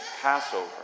Passover